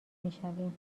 میشویم